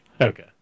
Okay